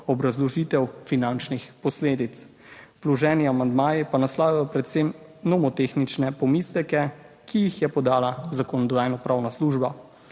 obrazložitev finančnih posledic. Vloženi amandmaji pa naslavljajo predvsem nomotehnične pomisleke, ki jih je podala Zakonodajno-pravna služba.